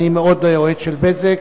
אני מאוד אוהד של "בזק",